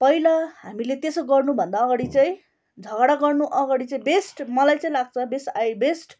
पहिला हामीले त्यसो गर्नु भन्दा अगाडि चाहिँ झगडा गर्नु अगाडि चाहिँ बेस्ट मलाई चाहिँ लाग्छ बेस्ट आई बेस्ट